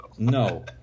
No